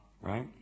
Right